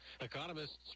Economists